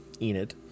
Enid